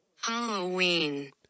Halloween